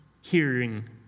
Hearing